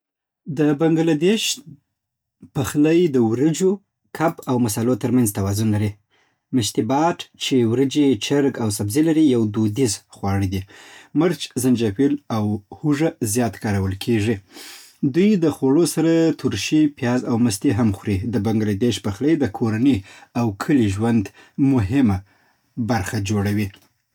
د بنګله دېش پخلی د وريجو، کب، او مصالحو ترمنځ توازن لري. مشتي بهات چې وريجې، چرګ او سبزي لري، یو دودیز خواړه دي. مرچ، زنجفیل، او هوږه زیات کارول کېږي. دوی د خوړو سره ترشي، پیاز او مستې هم خوري. د بنګله دېش پخلی د کورنۍ او کلي ژوند مهمه برخه جوړوی.